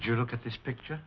if you look at this picture